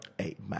amen